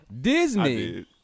Disney